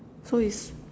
so is